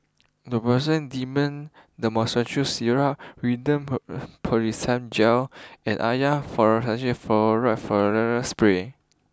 Robitussin Dextromethorphan Syrup Rosiden Piroxicam Gel and Avamys Fluticasone Furoate Spray